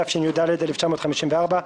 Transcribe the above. התשי"ד-1954,